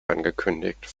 angekündigt